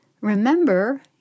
Remember